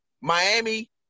Miami